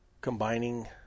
combining